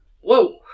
whoa